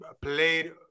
played